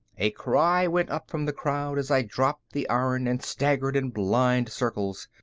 a cry went up from the crowd as i dropped the iron and staggered in blind circles.